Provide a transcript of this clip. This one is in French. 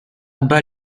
bas